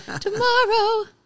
Tomorrow